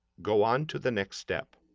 go on to the next step.